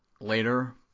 later